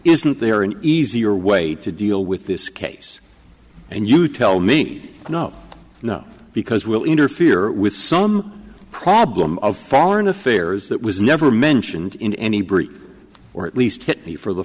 isn't there an easier way to deal with this case and you tell me no no because we'll interfere with some problem of foreign affairs that was never mentioned in any breach or at least hit me for the